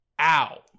ow